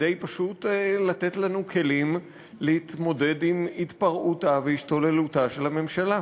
פשוט כדי לתת לנו כלים להתמודד עם התפרעותה והשתוללותה של הממשלה.